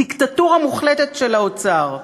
דיקטטורה מוחלטת של האוצר.